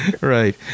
right